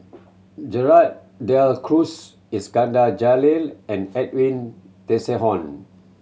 Gerald De Cruz Iskandar Jalil and Edwin Tessensohn